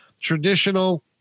traditional